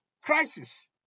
crisis